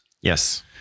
Yes